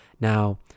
Now